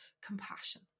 compassion